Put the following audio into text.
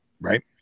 right